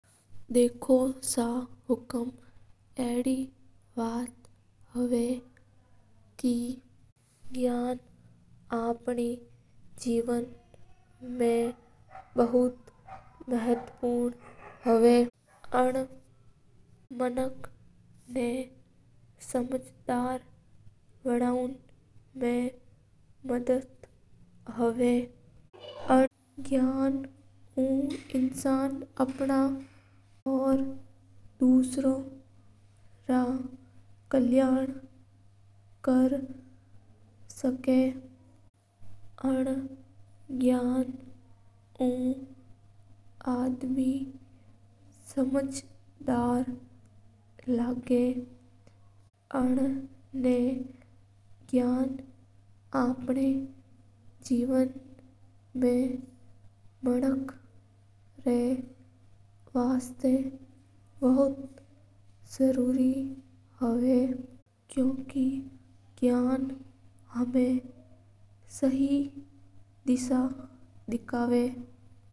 देखो सा हुकूम गयान आप ना जीवन मा बौत काम आवा और गयान मनक ना समझदार बनावना में काम आया करा। गयान उ मनक आप रा और दूसरा रा कल्याण कर सका हा। अन गयान उ बौत फाईदो मिला गयान मनक वास्ता बौत काम आवा। क्यूँ के गयान उ मनक ना शि देसा मा जाव नो मिला हा।